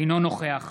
אינו נוכח